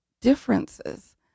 differences